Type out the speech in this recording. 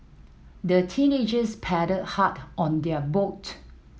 the teenagers paddled hard on their boat